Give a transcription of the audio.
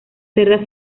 cerdas